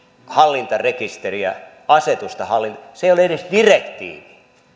hallintarekisteriä asetusta se ei ole edes direktiivi